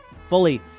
Fully